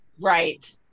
right